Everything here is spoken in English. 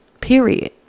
period